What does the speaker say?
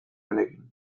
honekin